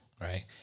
Right